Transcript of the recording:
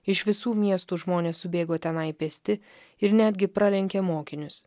iš visų miestų žmonės subėgo tenai pėsti ir netgi pralenkė mokinius